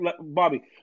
Bobby